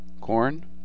corn